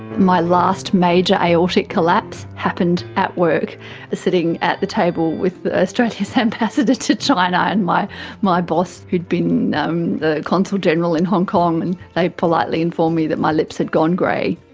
my last major aortic collapse happened at work sitting at the table with australia's ambassador to china and my my boss who had been um the consul general in hong kong, and they politely informed me that my lips had gone grey.